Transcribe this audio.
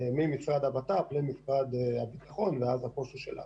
ממשרד הבט"פ למשרד הביטחון, ואז הפו"ש הוא שלנו.